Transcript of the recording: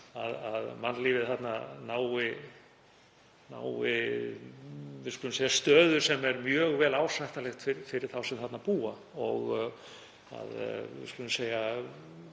að mannlífið þarna nái stöðu sem er mjög vel ásættanleg fyrir þá sem þarna búa, að vel menntað